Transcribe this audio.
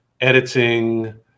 editing